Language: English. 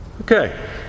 Okay